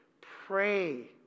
Pray